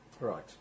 Right